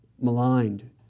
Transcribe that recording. maligned